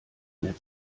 mehr